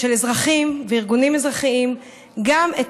לתת לאזרחים וארגונים אזרחיים גם את